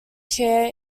chair